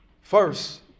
First